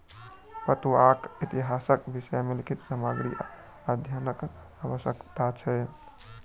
पटुआक इतिहासक विषय मे लिखित सामग्रीक अध्ययनक आवश्यक छै